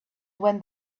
when